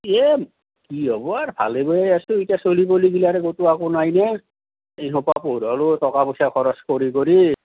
ইয়ে কি হ'ব আৰু ভালে বেয়াই আছোঁ এতিয়া চ'লি পলিগিলাৰ ক'তো একো নাই না এইসোপা পঢ়ালোঁ টকা পইচা খৰচ কৰি কৰি